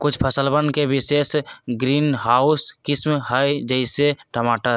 कुछ फसलवन के विशेष ग्रीनहाउस किस्म हई, जैसे टमाटर